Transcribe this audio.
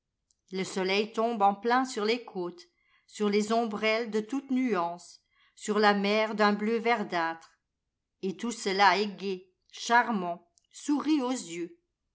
le soleil tombe en plein sur les côtes sur les ombrelles de toutes nuances sur la mer d'un bleu verdâtre et tout cela est gai et charmant sourit aux yeux